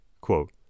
Quote